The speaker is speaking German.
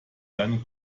seinen